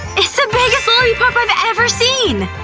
it's the biggest lollipop i've ever seen!